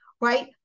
right